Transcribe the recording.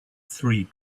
three